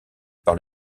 par